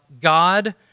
God